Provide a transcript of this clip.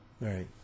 Right